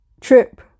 trip